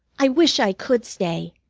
i wish i could stay.